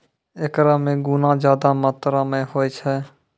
एकरा मे गुना ज्यादा मात्रा मे होय छै